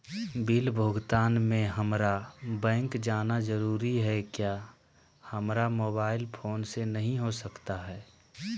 Bill भुगतान में हम्मारा बैंक जाना जरूर है क्या हमारा मोबाइल फोन से नहीं हो सकता है?